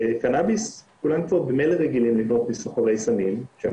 בקנאביס כולם כבר במילא רגילים לקנות מסוחרי סמים שהם